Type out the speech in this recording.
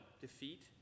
defeat